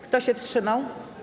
Kto się wstrzymał?